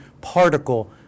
particle